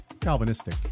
Calvinistic